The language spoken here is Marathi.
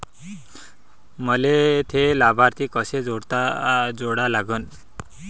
मले थे लाभार्थी कसे जोडा लागन?